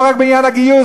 לא רק בעניין הגיוס.